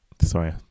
sorry